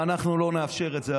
אנחנו לא נאפשר את זה.